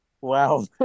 Wow